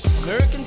American